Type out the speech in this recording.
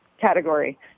category